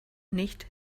nicht